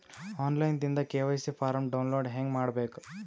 On line ದಿಂದ KYC form download ಹೇಂಗ ಮಾಡಬೇಕು?